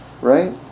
right